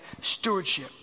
stewardship